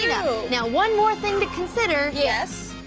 you know now one more thing to consider. yeah. yes?